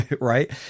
right